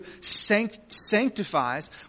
sanctifies